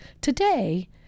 Today